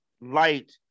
light